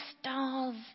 stars